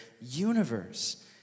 universe